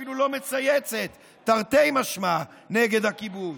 אפילו לא מצייצת, תרתי משמע, נגד הכיבוש.